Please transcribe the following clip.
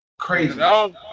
Crazy